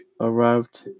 arrived